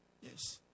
yes